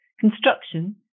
construction